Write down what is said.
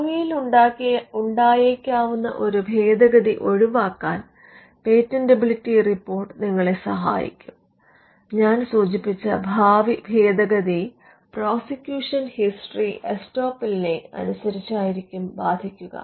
ഭാവിയിൽ ഉണ്ടായേക്കാവുന്ന ഒരു ഭേദഗതി ഒഴിവാക്കാൻ പേറ്റന്റബിലിറ്റി റിപ്പോർട്ട് നിങ്ങളെ സഹായിക്കും ഞാൻ സൂചിപ്പിച്ച ഭാവി ഭേദഗതി പ്രോസിക്യൂഷൻ ഹിസ്റ്ററി എസ്റ്റോപ്പലിനെ അനുസരിച്ചായിരിക്കും ബാധിക്കുക